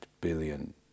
billion